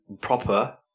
proper